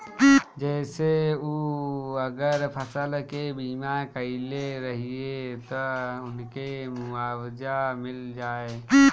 जेसे उ अगर फसल के बीमा करइले रहिये त उनके मुआवजा मिल जाइ